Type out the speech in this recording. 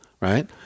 right